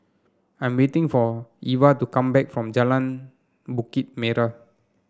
I am waiting for Ivah to come back from Jalan Bukit Merah